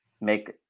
make